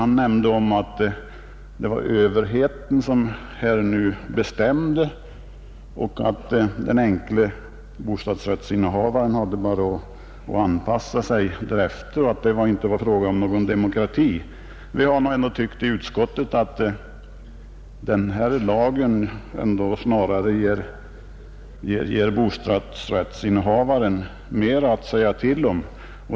Han framhöll att det var överheten som bestämde och att den enkle bostadsrättsinnehavaren bara hade att anpassa sig därefter; det var inte fråga om någon demokrati. Vi har inom utskottet nog ändå tyckt att denna lag snarare ger bostadsrättsinnehavaren mer att säga till om.